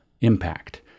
impact